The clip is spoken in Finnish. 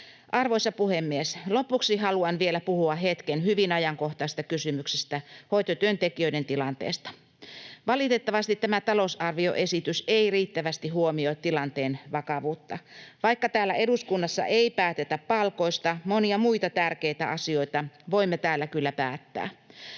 Arvoisa puhemies! Lopuksi haluan vielä puhua hetken hyvin ajankohtaisesta kysymyksestä: hoitotyöntekijöiden tilanteesta. Valitettavasti tämä talousarvioesitys ei riittävästi huomioi tilanteen vakavuutta. Vaikka täällä eduskunnassa ei päätetä palkoista, monia muita tärkeitä asioita voimme täällä kyllä päättää.